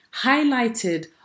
highlighted